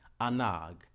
anag